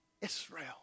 Israel